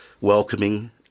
welcoming